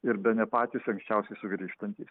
ir bene patys anksčiausiai sugrįžtantys